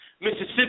Mississippi